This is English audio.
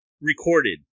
recorded